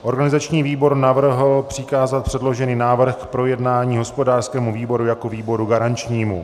Organizační výbor navrhl přikázat předložený návrh k projednání hospodářskému výboru jako výboru garančnímu.